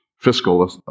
fiscal